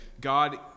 God